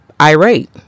irate